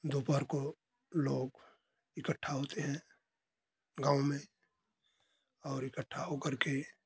दोपहर को लोग इकठ्ठा होते हैं गाँव में और इकठ्ठा होकर के